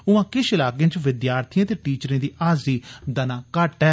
उआं किश इलाकें च विद्यार्थिएं ते टीचरें दी हाजरी दना घट्ट ऐ